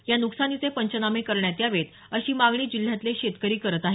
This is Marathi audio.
या नुकसानीचे पंचनामे करण्यात यावेत अशी मागणी जिल्ह्यातले शेतकरी करत आहेत